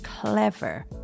clever